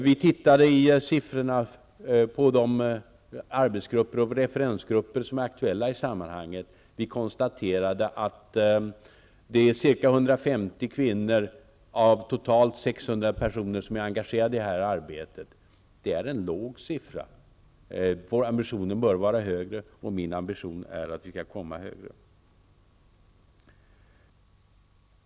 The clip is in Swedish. Vi tittade i siffrorna för de arbetsgrupper och referensgrupper som är aktuella i sammanhanget. Vi konstaterade att det är ca 150 kvinnor av totalt 600 personer som är engagerade i det här arbetet. Det är en låg siffra. Vår ambition bör vara högre, och min ambition är också att vi skall komma högre.